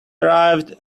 arrived